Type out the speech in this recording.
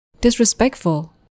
disrespectful